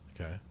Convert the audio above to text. okay